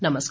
नमस्कार